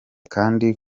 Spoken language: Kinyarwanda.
kandi